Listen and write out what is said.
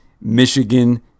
michigan